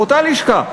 באותה לשכה,